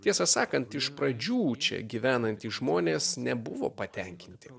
tiesą sakant iš pradžių čia gyvenantys žmonės nebuvo patenkinti